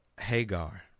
hagar